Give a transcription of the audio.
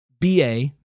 BA